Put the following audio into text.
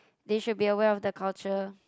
they should be aware of the culture